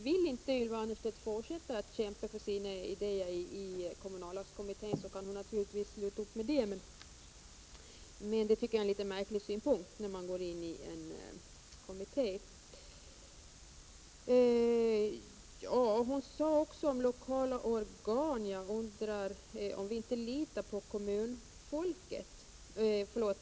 Vill Ylva Annerstedt inte fortsätta att kämpa för sina idéer i kommunallagskommittén kan hon naturligtvis sluta upp med det, men det tycker jag är en märklig ståndpunkt när man har gått in i en kommitté.